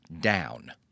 down